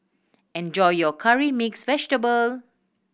enjoy your Curry Mixed Vegetable